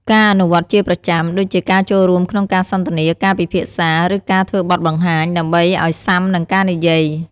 ការ អនុវត្តជាប្រចាំ ដូចជាការចូលរួមក្នុងការសន្ទនា ការពិភាក្សា ឬការធ្វើបទបង្ហាញ ដើម្បីឱ្យស៊ាំនឹងការនិយាយ។